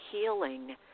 healing